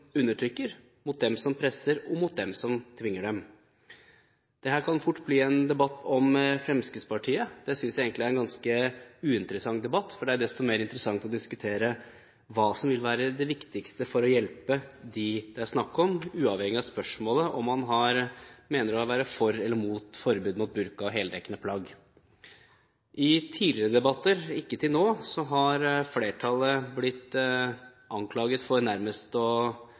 undertrykker, mot dem som presser, og mot dem som tvinger. Dette kan fort bli en debatt om Fremskrittspartiet. Det synes jeg egentlig er en ganske uinteressant debatt. Desto mer interessant er det å diskutere hva som vil være det viktigste for å hjelpe dem det er snakk om, uavhengig av om man mener å være for eller mot forbud mot burka eller heldekkende plagg. I tidligere debatter – ikke til nå – har flertallet blitt anklaget for nærmest